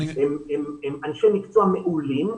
הם אנשי מקצוע מעולים.